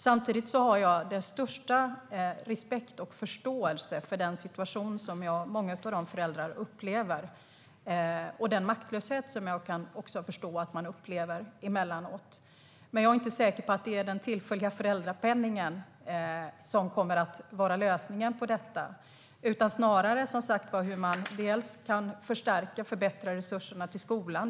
Samtidigt har jag den största respekt och förståelse för den situation som många föräldrar upplever och den maktlöshet som man också upplever emellanåt. Men jag är inte säker på att det är den tillfälliga föräldrapenningen som kommer att vara lösningen på detta, utan snarare tror jag att det handlar om att förstärka och förbättra resurserna till skolan.